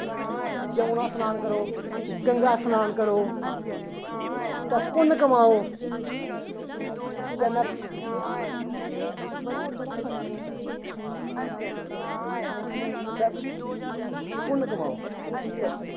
जमनां श्नान करो गंगा श्नान करो ते पुन्न कमाओ ते में ते पुन्न कमाओ ते